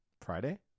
Friday